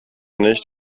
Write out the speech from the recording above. nicht